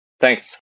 Thanks